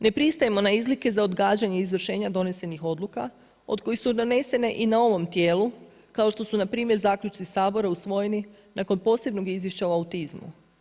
Ne pristajemo na izlike za odgađanje izvršenja donesenih odluka od kojih su donesene i na ovom tijelu kao što su npr. zaključci Sabora usvojeni nakon posebnog izvješća o autizmu.